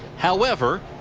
however,